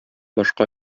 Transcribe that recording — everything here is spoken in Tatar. башка